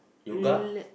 relax